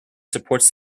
supports